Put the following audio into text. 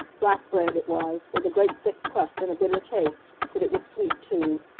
black bread it was, with a great thick crust, and a bitter taste. but it was sweet, too.